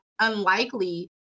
unlikely